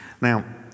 Now